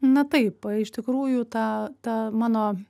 na taip iš tikrųjų ta ta mano